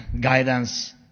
guidance